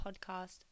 podcast